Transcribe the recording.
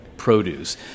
produce